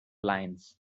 lines